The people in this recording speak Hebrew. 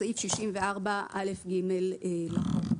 בסעיף 64(א)(ג) לחוק.